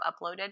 uploaded